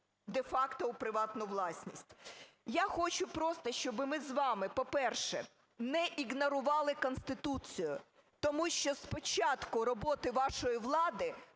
де-факто у приватну власність. Я хочу просто, щоб ми з вами, по-перше, не ігнорували Конституцію, тому що з початку роботи вашої влади